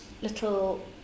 little